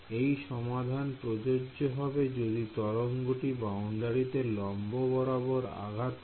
এই সমাধান প্রযোজ্য হবে যদি তরঙ্গটি বাউন্ডারিতে লম্ব বরাবর আঘাত করে